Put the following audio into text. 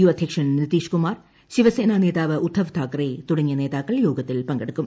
U അധ്യക്ഷൻ നിതീഷ് കുമാർ ശിവസേനാ നേതാവ് ഉദ്ധവ് താക്കറെ തുടങ്ങിയ നേതാക്കൾ യോഗത്തിൽ പങ്കെടുക്കും